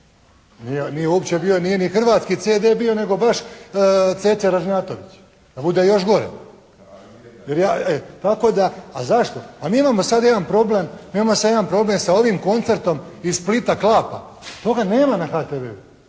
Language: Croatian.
Nije uopće bio, nije ni hrvatski CD bio nego baš Cece Ražnjatović da bude još gore. Tako da, a zašto? Mi imamo sada jedan problem sa ovim koncertom iz Splita klapa. Toga nema na HTV-u.